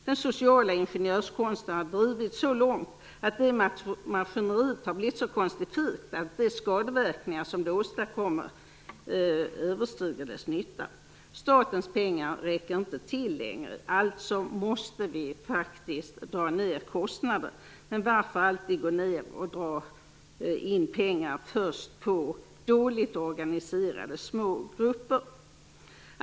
Den sociala ingenjörskonsten har drivits så långt och maskineriet blivit så konstifikt att de skadeverkningar det åstadkommer överstiger dess nytta. Statens pengar räcker inte till längre. Alltså måste vi faktiskt dra ned kostnaderna. Men varför alltid dra in pengar först på dåligt organiserade, små grupper?